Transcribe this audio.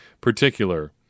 particular